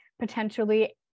potentially